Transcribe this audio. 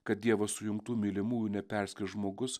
kad dievo sujungtų mylimųjų neperskris žmogus